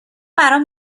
برام